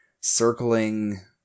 circling